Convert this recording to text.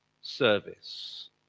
service